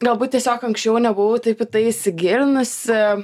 galbūt tiesiog anksčiau nebuvau taip į tai įsigilinusi